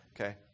Okay